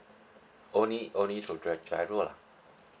only only for gi~ giro lah